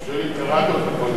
אני שואל אם קראת אותה קודם,